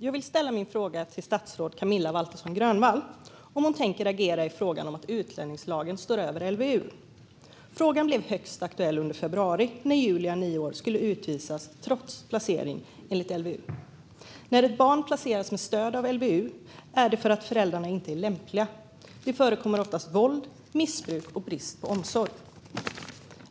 Fru talman! Jag vill fråga statsrådet Camilla Waltersson Grönvall om hon tänker agera i frågan om att utlänningslagen står över LVU. Frågan blev högst aktuell i februari, när Julia, nio år, skulle utvisas, trots placering enligt LVU. När ett barn placeras med stöd av LVU är det för att föräldrarna inte är lämpliga. Det förekommer ofta våld, missbruk och brist på omsorg.